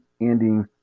ending